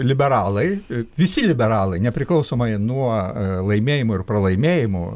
liberalai visi liberalai nepriklausomai nuo laimėjimų ir pralaimėjimų